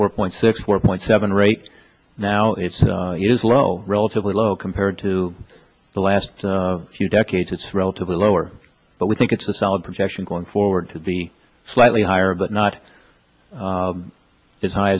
four point six four point seven or eight now it's it is low relatively low compared to the last few decades it's relatively lower but we think it's a solid projection going forward to the slightly higher but not as high